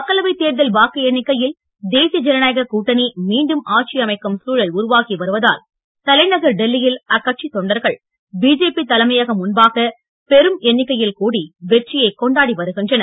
மக்களவை தேர்தல் வாக்கு எண்ணிக்கையில் தேசிய ஜனநாயக கூட்டணி மீண்டும் ஆட்சி அமைக்கும் சூழல் உருவாகி வருவதால் தலைநகர் டெல்லியில் அக்கட்சித் தொண்டர்கள் பிஜேபி தலைமையகம் முன்பாக பெரும் எண்ணிக்கையில் கூடி வெற்றியைக் கொண்டாடி வருகின்றனர்